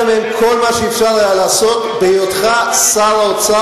מהם כל מה שאפשר היה בהיותך שר האוצר,